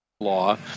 law